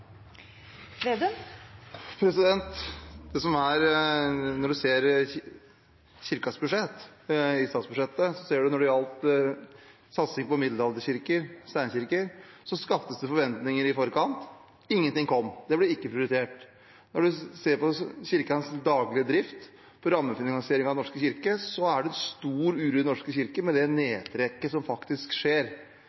Når man ser på Kirkens budsjett i statsbudsjettet, ser man at det ble det skapt forventninger i forkant når det gjaldt satsing på middelalderkirker og steinkirker, men ingenting kom, det ble ikke prioritert. Når man ser på Kirkens daglige drift, på rammefinansieringen av Den norske kirke, er det en stor uro i Den norske kirke med det